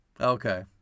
Okay